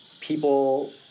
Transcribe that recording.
people